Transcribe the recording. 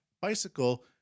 bicycle